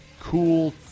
cool